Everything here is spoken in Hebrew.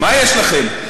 מה יש לכם?